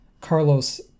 carlos